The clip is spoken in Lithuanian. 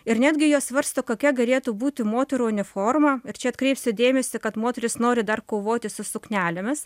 ir netgi jos svarsto kokia galėtų būti moterų uniforma ir čia atkreipsiu dėmesį kad moterys nori dar kovoti su suknelėmis